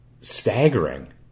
staggering